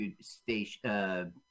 station